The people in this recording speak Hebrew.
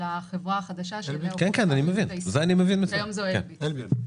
אלא החברה החדשה שבאה במקום תע"ש, שהיום זה אלביט.